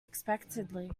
expectantly